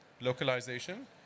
localization